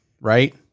right